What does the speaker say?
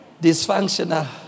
dysfunctional